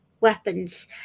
weapons